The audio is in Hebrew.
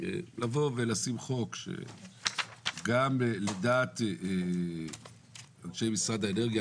לבוא ולשים חוק שגם על דעת אנשי משרד האנרגיה,